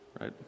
right